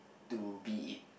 to be it